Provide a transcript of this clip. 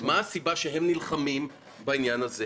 מה הסיבה שהם נלחמים בעניין הזה?